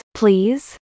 please